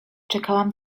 czekałam